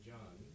John